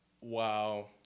Wow